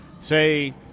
say –